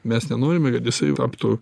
mes nenorime kad jisai taptų